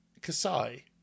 Kasai